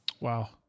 Wow